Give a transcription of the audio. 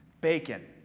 Bacon